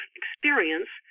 experience